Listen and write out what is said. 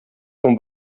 vom